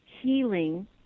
healing